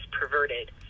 perverted